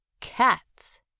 Cats